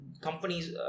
companies